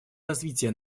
развития